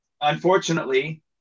unfortunately